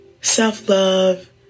Self-love